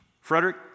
Frederick